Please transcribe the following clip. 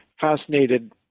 fascinated